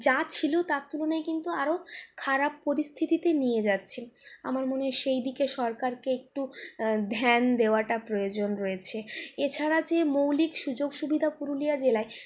যা ছিল তার তুলনায় কিন্তু আরো খারাপ পরিস্থিতিতে নিয়ে যাচ্ছে আমার মনে হয় সেইদিকে সরকারকে একটু ধ্যান দেওয়াটা প্রয়োজন রয়েছে এছাড়া যে মৌলিক সুযোগ সুবিধা পুরুলিয়া জেলায়